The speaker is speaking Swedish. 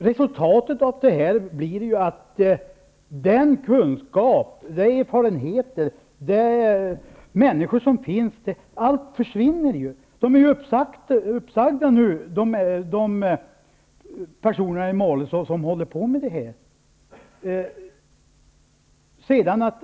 Resultatet blir att den kunskap och de erfarenheter som finns försvinner. De personer i Malå som håller på med det här är ju uppsagda nu.